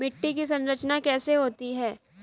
मिट्टी की संरचना कैसे होती है?